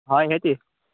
হয় সেইটোৱে